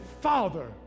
Father